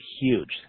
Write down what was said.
huge